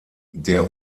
der